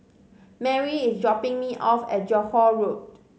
Marry is dropping me off at Johore Road